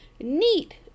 neat